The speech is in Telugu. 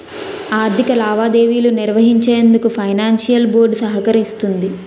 ఆర్థిక లావాదేవీలు నిర్వహించేందుకు ఫైనాన్షియల్ బోర్డ్ సహకరిస్తుంది